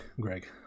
greg